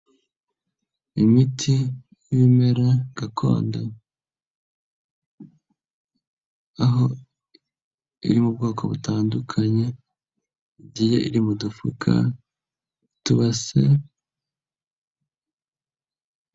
Imiti y'ibimera gakondo. Aho iri mu bwoko butandukanye, igiye iri mu dufuka, utubase.